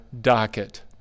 docket